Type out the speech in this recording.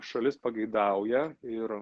šalis pageidauja ir